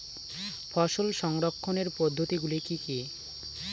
ফসল সংরক্ষণের পদ্ধতিগুলি কি কি?